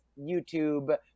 YouTube